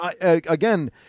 again